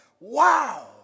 wow